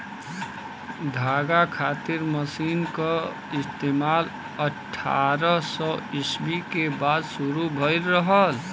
धागा खातिर मशीन क इस्तेमाल अट्ठारह सौ ईस्वी के बाद शुरू भयल रहल